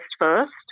first